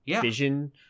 vision